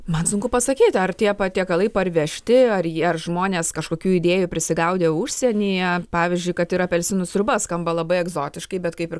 man sunku pasakyt ar tie patiekalai parvežti ar jie ar žmonės kažkokių idėjų prisigaudė užsienyje pavyzdžiui kad ir apelsinų sriuba skamba labai egzotiškai bet kaip ir